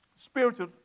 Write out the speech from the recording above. spiritual